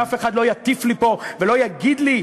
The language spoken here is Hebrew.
ואף אחד לא יטיף לי פה ולא יגיד לי,